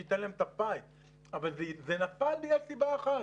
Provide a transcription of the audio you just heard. זה נפל בגלל סיבה אחת